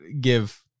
give